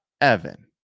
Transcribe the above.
Evan